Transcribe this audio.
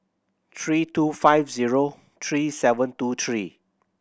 three two five zero three seven two three